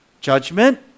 Judgment